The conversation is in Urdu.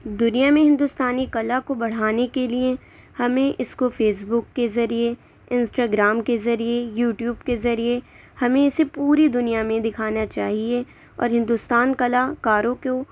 دُنیا میں ہندوستانی کلا کو بڑھانے کے لئے ہمیں اِس کو فیس بک کے ذریعے انسٹاگرام کے ذریعے یوٹیوب کے ذریعے ہمیں اِسے پوری دُنیا میں دکھانا چاہیے اور ہندوستان کلاکاروں کو